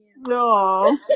No